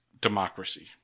democracy